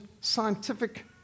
scientific